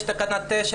יש את תקנה 9,